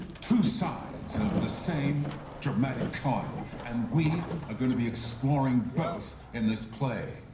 two sides of the same dramatic coin and we are going to be exploring both in this play.